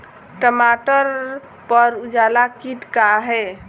टमाटर पर उजला किट का है?